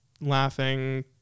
laughing